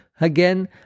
again